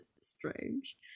Strange